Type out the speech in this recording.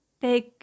big